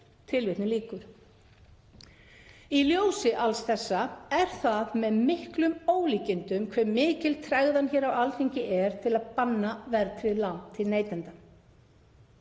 í verki.“ Í ljósi alls þessa er það með miklum ólíkindum hve mikil tregðan hér á Alþingi er til að banna verðtryggð lán til neytenda.